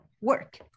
work